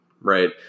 right